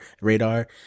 radar